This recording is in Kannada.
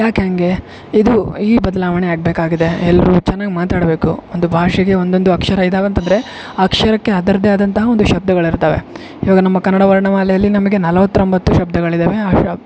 ಯಾಕೆ ಹಾಗೆ ಇದು ಈ ಬದಲಾವಣೆ ಆಗಬೇಕಾಗಿದೆ ಎಲ್ಲರೂ ಚೆನ್ನಾಗಿ ಮಾತಾಡಬೇಕು ಒಂದು ಬಾಷೆಗೆ ಒಂದೊಂದು ಅಕ್ಷರ ಇದಾವ ಅಂತಂದರೆ ಆ ಅಕ್ಷರಕ್ಕೆ ಅದರದ್ದೇ ಆದಂಥ ಒಂದು ಶಬ್ದಗಳಿರ್ತವೆ ಇವಾಗ ನಮ್ಮ ಕನ್ನಡ ವರ್ಣಮಾಲೆಯಲ್ಲಿ ನಮಗೆ ನಲವತ್ತೊಂಬತ್ತು ಶಬ್ಧಗಳಿದ್ದಾವೆ ಆ ಶಬ್